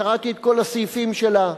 קראתי את כל הסעיפים שלה.